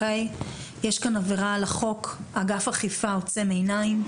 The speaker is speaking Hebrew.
יש כאן עבירה על החוק, אגף אכיפה עוצם עיניים,